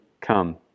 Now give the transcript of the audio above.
come